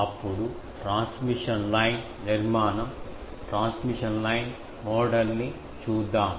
అప్పుడు transmission line నిర్మాణం transmission line model ని చూద్దాం